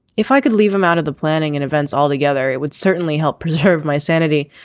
if i could leave him out of the planning and events altogether it would certainly help preserve my sanity.